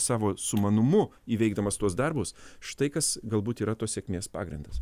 savo sumanumu įveikdamas tuos darbus štai kas galbūt yra tos sėkmės pagrindas